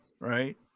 right